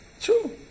True